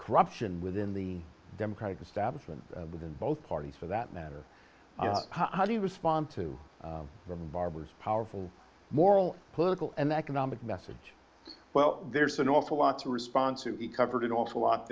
corruption within the democratic establishment within both parties for that matter how do you respond to barbara's powerful moral political and economic message well there's an awful lot to respond to be covered an awful lot